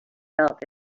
felt